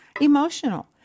emotional